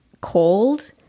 cold